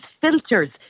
filters